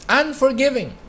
unforgiving